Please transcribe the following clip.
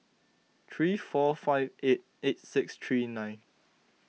three four five eight eight six three nine